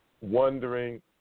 wondering